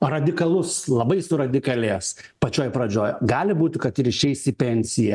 radikalus labai suradikalėjęs pačioj pradžioj gali būti kad ir išeis į pensiją